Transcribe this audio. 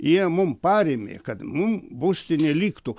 jie mums parėmė kad mum būstinė liktų